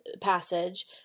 Passage